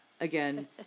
Again